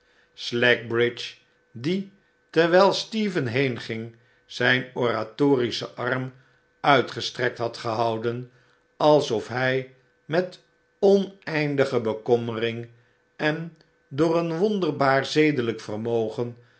slackbridge die terwijl stephen heenging zijn oratorischen arm uitgestrekt had gehouden alsof hij met oneindige bekommering en door een wonderbaar zedelijk vermogen